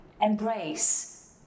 embrace